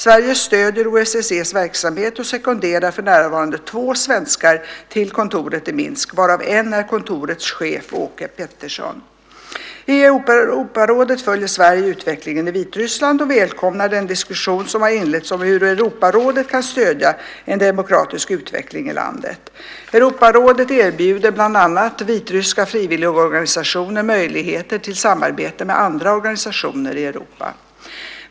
Sverige stöder OSSE:s verksamhet och sekonderar för närvarande två svenskar till kontoret i Minsk, varav en är kontorets chef, Åke Peterson. I Europarådet följer Sverige utvecklingen i Vitryssland och välkomnar den diskussion som har inletts om hur Europarådet kan stödja en demokratisk utveckling i landet. Europarådet erbjuder bland annat vitryska frivilligorganisationer möjligheter till samarbete med andra organisationer i Europa.